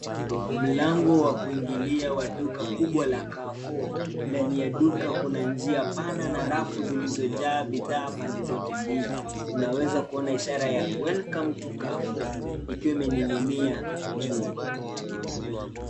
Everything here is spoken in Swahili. Mlango wa kuingilia wa duka kubwa la Carrefour ndani ya duka kuna njia pana na rafu zilizojaa bidhaa pande zote mbili. Unaweza kuona ishara ya welcome to Carrefour ikiwa imeninginia juu.